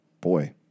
Boy